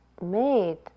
made